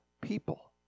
people